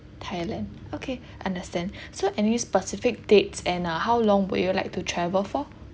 thailand okay understand so any specific dates and ah how long would you like to travel for